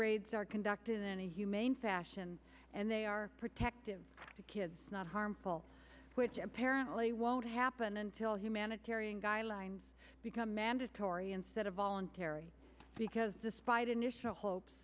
raids are conducted in a humane fashion and they are protective of the kids not harmful which apparently won't happen until humanitarian guidelines become mandatory instead of voluntary because despite initial hopes